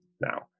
now